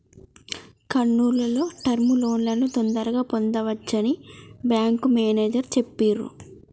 కర్నూల్ లో టర్మ్ లోన్లను తొందరగా పొందవచ్చని బ్యేంకు మేనేజరు చెప్పిర్రు